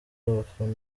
abafana